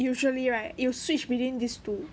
usually right you switch between these two